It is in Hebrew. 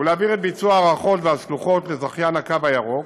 ולהעביר את ביצוע ההארכות והשלוחות לזכיין הקו הירוק,